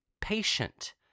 patient